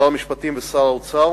שר המשפטים ושר האוצר,